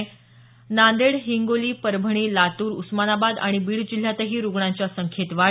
त नांदेड हिंगोली परभणी लातूर उस्मानाबाद आणि बीड जिल्ह्यांतही रुग्णांच्या संख्येत वाढ